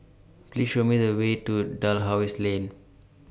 Please Show Me The Way to Dalhousie Lane